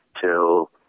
till